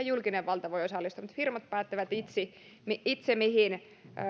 julkinen valta voi osallistua mutta firmat päättävät itse mihin